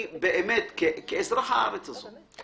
כאזרח הארץ הזאת,